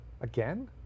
Again